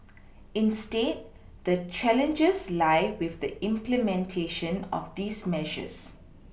instead the challenges lie with the implementation of these measures